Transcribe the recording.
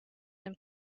and